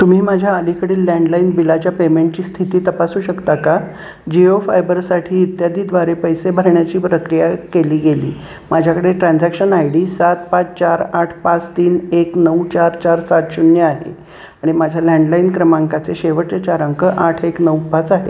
तुम्ही माझ्या अलीकडील लँडलाईन बिलाच्या पेमेंट ची स्थिती तपासू शकता का जिओ फायबरसाठी इत्यादीद्वारे पैसे भरण्याची प्रक्रिया केली गेली माझ्याकडे ट्रान्झॅक्शन आय डी सात पाच चार आठ पाच तीन एक नऊ चार चार सात शून्य आहे आणि माझ्या लँडलाईन क्रमांकाचे शेवट चार अंक आठ एक नऊ पाच आहे